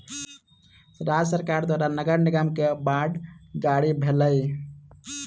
राज्य सरकार द्वारा नगर निगम के बांड जारी भेलै